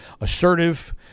assertive